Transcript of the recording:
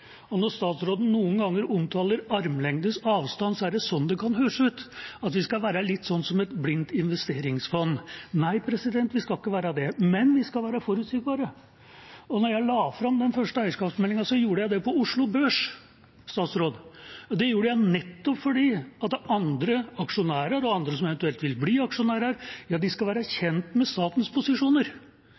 noen ganger når statsråden omtaler «armlengdes avstand», er det sånn det kan høres ut – at vi skal være litt som et blindt investeringsfond. Nei, vi skal ikke være det, men vi skal være forutsigbare. Da jeg la fram den første eierskapsmeldinga, gjorde jeg det på Oslo Børs. Det gjorde jeg nettopp fordi andre aksjonærer og andre som eventuelt ville bli aksjonærer, skulle være kjent med statens posisjoner.